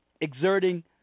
exerting